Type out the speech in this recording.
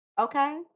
Okay